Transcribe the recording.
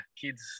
kids